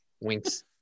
Winks